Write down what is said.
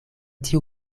tiu